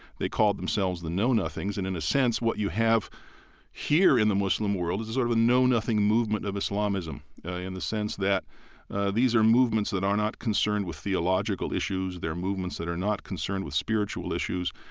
they called themselves the know-nothings. and in a sense, what you have here in the muslim world is sort of a know-nothing movement of islamism yeah in the sense that these are movements that are not concerned with theological issues, they're movements that are not concerned with spiritual issues.